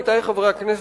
עמיתי חברי הכנסת,